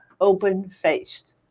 Open-faced